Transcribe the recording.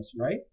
right